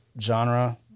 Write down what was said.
genre